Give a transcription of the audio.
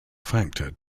factor